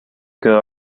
quedó